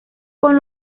con